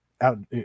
Out